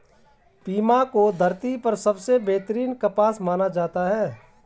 Pima को धरती पर सबसे बेहतरीन कपास माना जाता है